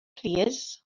plîs